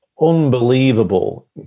unbelievable